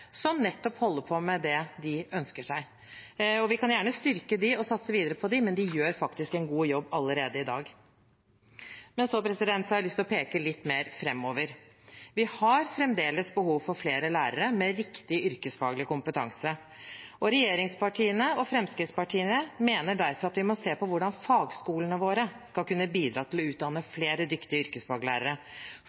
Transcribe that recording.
som nettopp holder på med det de ønsker seg. Vi kan gjerne styrke dem og satse videre på dem, men de gjør faktisk en god jobb allerede i dag. Jeg har likevel lyst til å peke litt mer framover. Vi har fremdeles behov for flere lærere med riktig yrkesfaglig kompetanse. Regjeringspartiene og Fremskrittspartiet mener derfor at vi må se på hvordan fagskolene våre skal kunne bidra til å utdanne flere dyktige yrkesfaglærere.